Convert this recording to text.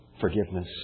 forgiveness